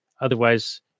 otherwise